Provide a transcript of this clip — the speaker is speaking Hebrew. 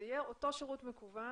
זה יהיה אותו שירות מקוון,